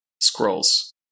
Scrolls